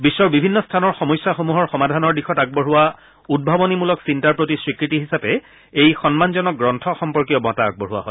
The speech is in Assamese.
বিশ্বৰ বিভিন্ন স্থানৰ সমস্যাসমূহৰ সমাধানৰ দিশত আগবঢ়োৱা উদ্ভাৱনীমূলক চিন্তাৰ প্ৰতি স্বীকৃতি হিচাপে এই সন্মানজনক গ্ৰন্থ সম্পৰ্কীয় বঁটা আগবঢ়োৱা হয়